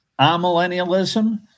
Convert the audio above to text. amillennialism